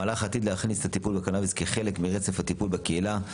המהלך עתיד להכניס את הטיפול בקנביס כחלק מרצף הטיפול בקהילה,